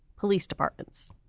police departments